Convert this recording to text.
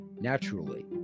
naturally